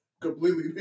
Completely